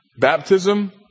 baptism